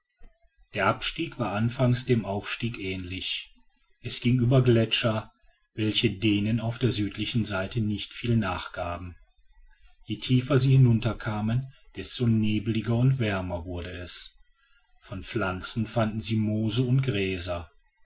der abstieg war anfangs dem aufstieg ähnlich es ging über gletscher welche denen auf der südlichen seite nicht viel nachgaben je tiefer sie hinunter kamen desto nebeliger und wärmer wurde es von pflanzen fanden sie moose und gräser